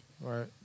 Right